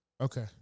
Okay